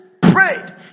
prayed